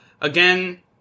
again